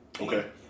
Okay